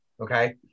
okay